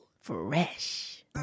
fresh